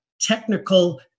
technical